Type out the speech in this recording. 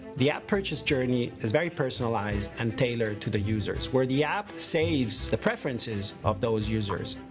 the app purchase journey is very personalized and tailored to the users where the app saves the preferences of those users.